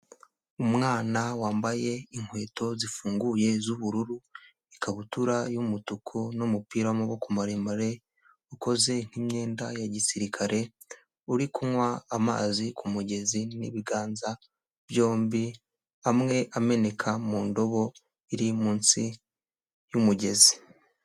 Umwana wambaye inkweto zifunguye z'ubururu ikabutura y'umutuku n'umupira w'amaboko maremare ukoze nk'imyenda ya gisirikare uri kunywa amazi kumugezi n'ibiganza byombi amwe ameneka mu ndobo iri munsi y'umugezi.